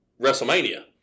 WrestleMania